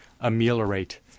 ameliorate